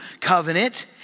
covenant